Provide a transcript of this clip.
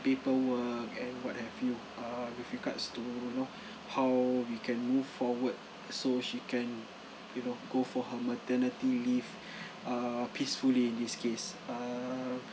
paperwork and what have you err with regards to you know how we can move forward so she can you know go for her maternity leave err peacefully in this case err